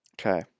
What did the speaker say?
Okay